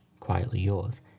quietlyyours